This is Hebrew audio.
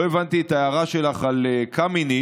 לא הבנתי את ההערה שלך על קמיניץ,